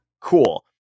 Cool